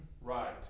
Right